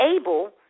able